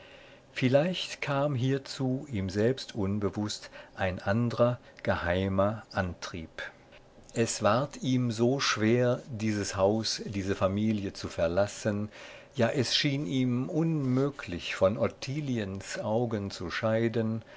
vielleicht kam hierzu ihm selbst unbewußt ein andrer geheimer antrieb es ward ihm so schwer dieses haus diese familie zu verlassen ja es schien ihm unmöglich von ottiliens augen zu scheiden